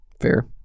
Fair